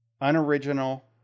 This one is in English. unoriginal